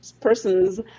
persons